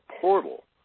portal